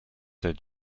het